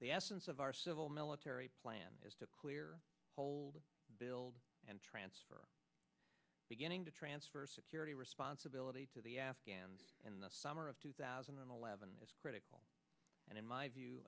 the essence of our civil military plan is to clear hold build and transfer beginning to transfer security responsibility to the afghans in the summer of two thousand and eleven is critical and in my view